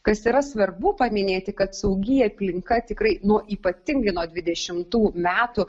kas yra svarbu paminėti kad saugi aplinka tikrai nuo ypatingai nuo dvidešimtų metų